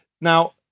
Now